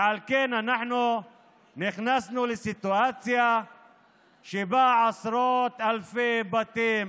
ועל כן אנחנו נכנסנו לסיטואציה שבה עשרות אלפי בתים